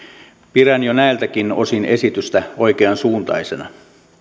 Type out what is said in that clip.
pidän jo näiltäkin osin esitystä oikeansuuntaisena